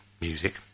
music